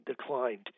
declined